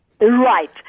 Right